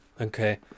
okay